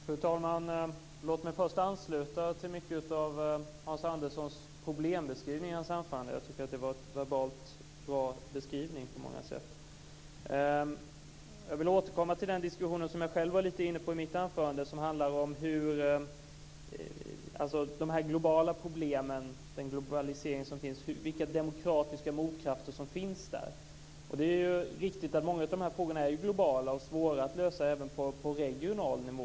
Fru talman! Låt mig först ansluta till mycket av Jag tycker att det var en verbalt bra beskrivning. Jag vill återkomma till den diskussion som jag själv var lite inne på i mitt anförande som handlar om den globalisering som finns och vilka demokratiska motkrafter som finns där. Det är riktigt att många av de här frågorna är globala och svåra att lösa även på regional nivå.